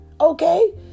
Okay